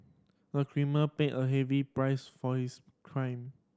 the criminal paid a heavy price for his crime